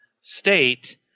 state